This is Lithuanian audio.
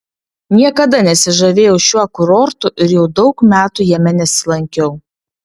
niekada nesižavėjau šiuo kurortu ir jau daug metų jame nesilankiau